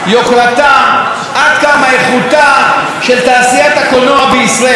עד כמה עד כמה איכותה של תעשיית הקולנוע בישראל היא גבוהה,